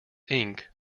ink